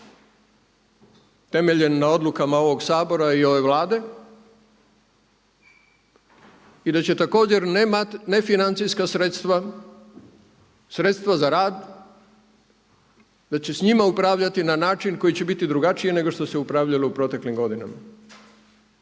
temeljen na odlukama ovoga Sabora i ove Vlade i da će također ne financijska sredstva, sredstva za rad, da će s njima upravljati na način koji će biti drugačiji nego što se upravljalo u proteklim godinama.